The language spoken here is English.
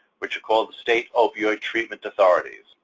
which are called the state opioid treatment authorities.